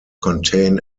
contain